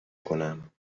کنم